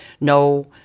no